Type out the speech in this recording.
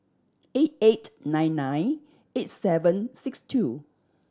eight eight nine nine eight seven six two